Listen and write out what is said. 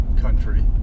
country